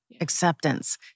acceptance